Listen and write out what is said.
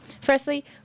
firstly